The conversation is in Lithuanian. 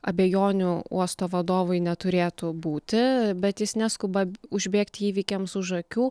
abejonių uosto vadovui neturėtų būti bet jis neskuba užbėgti įvykiams už akių